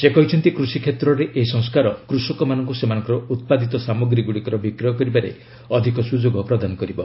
ସେ କହିଛନ୍ତି କୃଷିକ୍ଷେତ୍ରରେ ଏହି ସଂସ୍କାର କୃଷକମାନଙ୍କୁ ସେମାନଙ୍କର ଉତ୍ପାଦିତ ସାମଗ୍ରୀଗୁଡ଼ିକର ବିକ୍ରୟ କରିବାରେ ଅଧିକ ସ୍ରଯୋଗ ପ୍ରଦାନ କରିବ